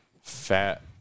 Fat